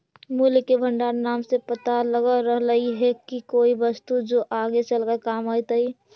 मूल्य के भंडार नाम से पता लग रहलई हे की कोई वस्तु जो आगे चलकर काम अतई